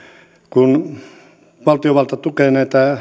kun valtiovalta tukee näitä nyt se